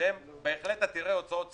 שהם עתירי הוצאות שכירות,